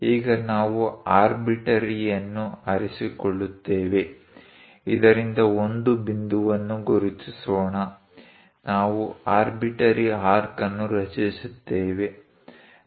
ಈಗ ನಾವು ಆರ್ಬಿಟ್ರರಿಯನ್ನು ಆರಿಸಿಕೊಳ್ಳುತ್ತೇವೆ ಇದರಿಂದ ಒಂದು ಬಿಂದುವನ್ನು ಗುರುತಿಸೋಣ ನಾವು ಆರ್ಬಿಟ್ರರಿ ಆರ್ಕ್ ಅನ್ನು ರಚಿಸುತ್ತೇವೆ